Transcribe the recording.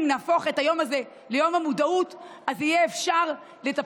אם נהפוך את היום הזה ליום המודעות אז יהיה אפשר לטפל,